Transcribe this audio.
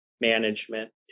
management